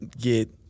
get